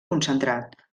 concentrat